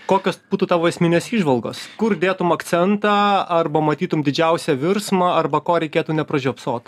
kokios būtų tavo esminės įžvalgos kur dėtum akcentą arba matytum didžiausią virsmą arba ko reikėtų nepražiopsot